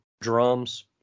drums